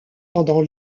pendant